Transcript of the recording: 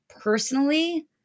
personally